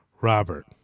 Robert